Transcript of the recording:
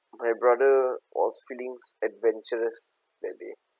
my brother was feeling adventurous that day